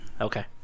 Okay